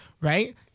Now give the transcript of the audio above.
right